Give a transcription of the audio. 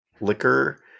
liquor